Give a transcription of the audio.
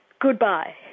goodbye